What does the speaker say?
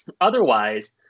Otherwise